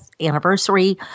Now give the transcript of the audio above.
anniversary